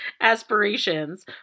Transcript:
aspirations